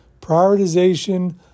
Prioritization